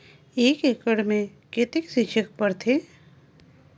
एक एकड़ मे कतेक छीचे पड़थे?